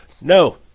no